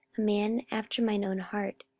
a man after mine own heart,